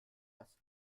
das